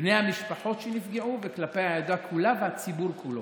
בני המשפחות שנפגעו, כלפי העדה כולה והציבור כולו.